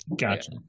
Gotcha